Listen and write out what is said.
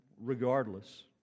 regardless